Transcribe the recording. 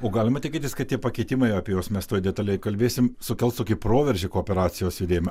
o galima tikėtis kad tie pakeitimai apie juos mes tuoj detaliai kalbėsim sukels tokį proveržį kooperacijos judėjime